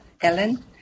Ellen